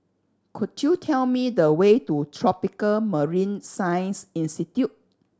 could you tell me the way to Tropical Marine Science Institute